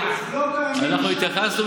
אנחנו התייחסנו,